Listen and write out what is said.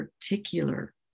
particular